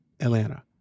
Atlanta